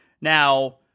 Now